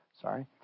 Sorry